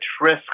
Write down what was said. risk